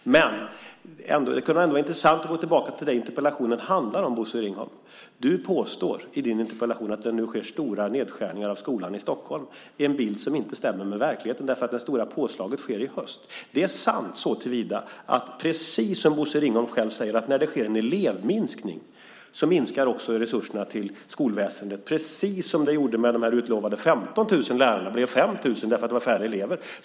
Men det skulle ändå vara intressant att gå tillbaka till det som interpellationen handlar om, Bosse Ringholm. Du påstår i din interpellation att det nu sker stora nedskärningar inom skolan i Stockholm. Det är en bild som inte stämmer med verkligheten eftersom det stora påslaget sker i höst. Det är sant såtillvida, precis som Bosse Ringholm själv säger, att när det sker en elevminskning så minskar också resurserna till skolväsendet, precis som skedde med de utlovade 15 000 lärarna som blev 5 000 lärare därför att det var färre elever.